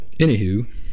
anywho